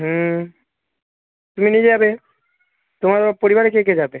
হুম তুমি নিজে যাবে তোমার পরিবারে কে কে যাবে